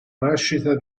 nascita